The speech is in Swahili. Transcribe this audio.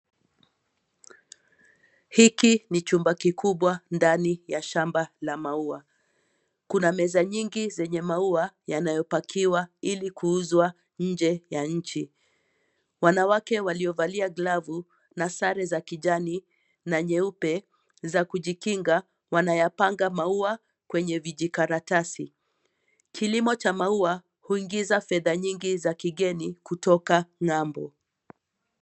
Hiki ni chumba kikubwa ndani ya shamba la maua kuna meza nyingi zenye maua yanayo pakiwa ili kuuzwa nje ya nchi. Wanawake waliovalia glavu na sare za kijani na nyeupe za kujikinga wanayapanga maua kwenye vijikaratasi. Kilimo cha maua huingiza fedha nyingi za kigeni kutoka ngambo.